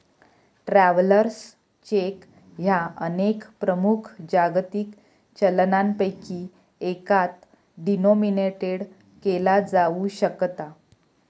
travellers cheque ह्या अनेक प्रमुख जागतिक चलनांपैकी एकात डिनोमिनेटेड केला जाऊ शकता